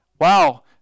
wow